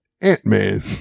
Ant-Man